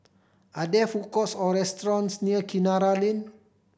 are there food courts or restaurants near Kinara Lane